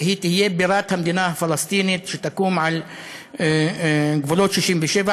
היא שהיא תהיה בירת המדינה הפלסטינית שתקום על גבולות 67',